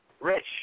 Rich